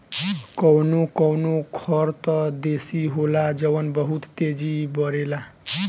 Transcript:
कवनो कवनो खर त देसी होला जवन बहुत तेजी बड़ेला